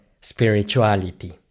spirituality